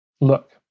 Look